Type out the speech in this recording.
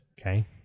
Okay